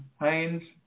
Hines